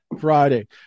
Friday